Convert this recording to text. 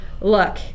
look